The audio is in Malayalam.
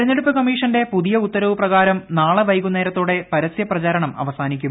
തെരഞ്ഞെടുപ്പ് കമ്മീഷന്റെ പുതിയ ഉത്തരവ് പ്രകാരം നാളെ വൈകുന്നേരത്തോടെ പരസ്യപ്രചരണം അവസാനിക്കും